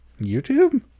YouTube